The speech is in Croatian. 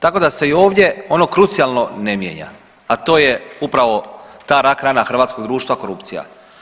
Tako da se i ovdje ono krucijalno ne mijenja, a to je upravo ta rak rana hrvatskog društva korupcija.